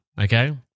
okay